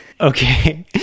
Okay